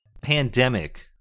Pandemic